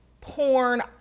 porn